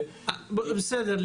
בסדר.